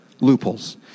loopholes